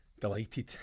delighted